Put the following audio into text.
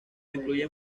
incluyen